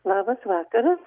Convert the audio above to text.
labas vakaras